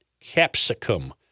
capsicum